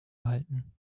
halten